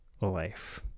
life